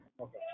Okay